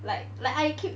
like like I keep